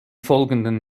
folgenden